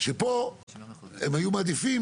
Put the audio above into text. שפה הם היו מעדיפים